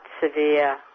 severe